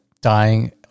dying